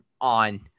on